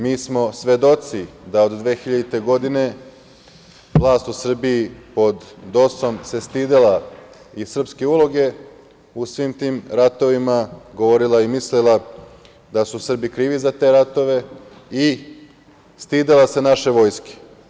Mi smo svedoci da od 2000. godine vlast u Srbiji pod DOS-om se stidela i srpske uloge u svim tim ratovima, govorila i mislila da su Srbi krivi za te ratove i stidela se naše vojske.